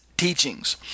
Teachings